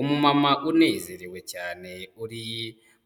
Umumama unezerewe cyane uri